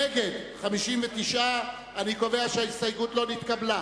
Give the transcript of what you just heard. נגד, 59. אני קובע שההסתייגות לא נתקבלה.